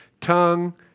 tongue